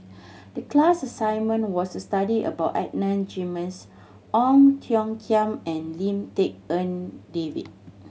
the class assignment was to study about Adan Jimenez Ong Tiong Khiam and Lim Tik En David